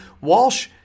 Walsh